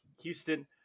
Houston